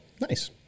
Nice